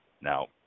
Now